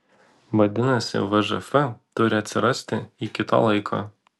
vadinasi vžf turi atsirasti iki to laiko